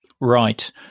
Right